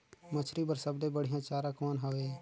मछरी बर सबले बढ़िया चारा कौन हवय?